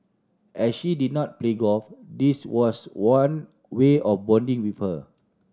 as she did not play golf this was one way of bonding with her